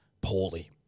poorly